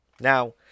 Now